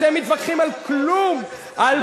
אתם מתווכחים על כלום, על